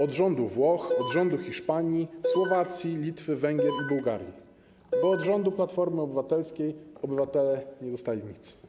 Od rządu Włoch, od rządu Hiszpanii, Słowacji, Litwy, Węgier i Bułgarii, bo od rządu Platformy Obywatelskiej obywatele nie dostali nic.